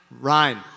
Ryan